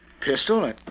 Pistol